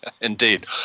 Indeed